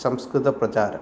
संस्कृतप्रचारः